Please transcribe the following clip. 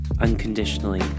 unconditionally